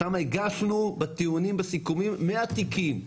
שם הגשנו בטיעונים, בסיכומים, מאה תיקים,